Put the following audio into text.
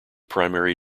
primary